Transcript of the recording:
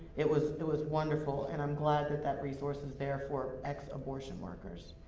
it was, it was wonderful, and i'm glad that that resource is there for ex-abortion workers.